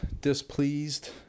displeased